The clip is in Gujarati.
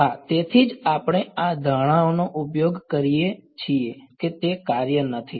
હા તેથી જ આપણે આ ધારણાનો ઉપયોગ કરીએ છીએ કે તે કાર્ય નથી